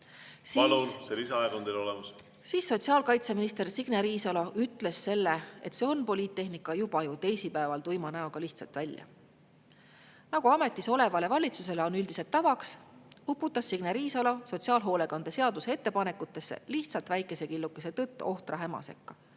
Palun! See lisaaeg on teil olemas. … siis sotsiaalkaitseminister Signe Riisalo ütles ju selle, et see on poliittehnika, juba teisipäeval tuima näoga lihtsalt välja. Nagu ametis olevale valitsusele on üldiselt tavaks, uputas Signe Riisalo sotsiaalhoolekande seaduse ettepanekutesse lihtsalt väikese killukese tõtt ohtra häma sekka. Ma